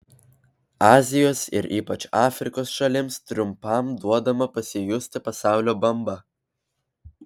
azijos ir ypač afrikos šalims trumpam duodama pasijusti pasaulio bamba